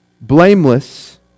blameless